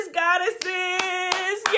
goddesses